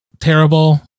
terrible